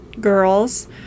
girls